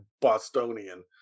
Bostonian